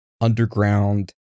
underground